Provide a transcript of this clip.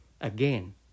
again